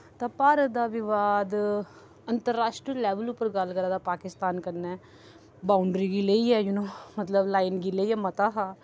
तां भारत दा विवाद अंतर राश्ट्री लेवल उप्पर गल्ल करां तां पाकिस्तान कन्नै बाउंडरी गी लेइयै जानी मतलब कि लाइन गी लेइयै मता हा